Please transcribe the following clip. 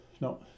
no